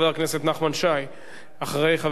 אחרי חבר הכנסת שי, חבר הכנסת מיכאלי.